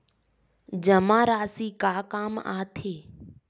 जमा राशि का काम आथे?